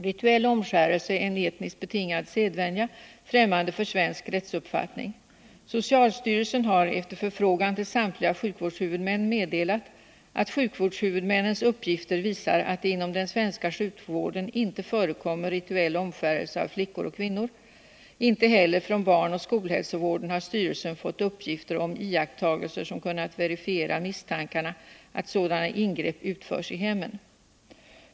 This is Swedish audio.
Rituell omskärelse är en etniskt betingad sedvänja, ffrämmande för svensk rättsuppfattning. Socialstyrelsen har efter förfrågan till samtliga sjukvårdshuvudmän meddelat att sjukvårdshuvudmännens uppgifter visar att det inom den svenska sjukvården inte förekommer rituell omskärelse av flickor och kvinnor. Inte heller från barnoch skolhälsovården har styrelsen fått uppgifter om iakttagelser som kunnat verifiera misstankarna att sådana ingrepp utförs i hemmen.